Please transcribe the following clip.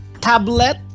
Tablet